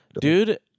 dude